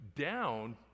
down